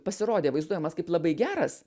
pasirodė vaizduojamas kaip labai geras